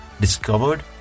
discovered